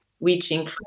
reaching